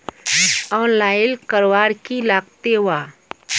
Online करवार की लगते वा?